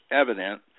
evident